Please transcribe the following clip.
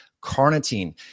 carnitine